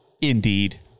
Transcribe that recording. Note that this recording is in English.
indeed